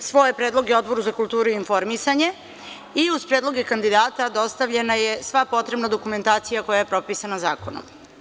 svoje predloge Odboru za kulturu i informisanje i uz predloge kandidata dostavljena sva potrebna dokumentacija koja je propisana zakonom.